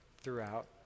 throughout